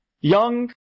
young